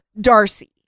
Darcy